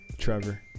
Trevor